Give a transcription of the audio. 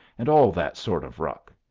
and all that sort of ruck.